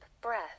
breath